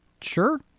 Sure